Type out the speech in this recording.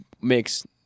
makes